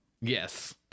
Yes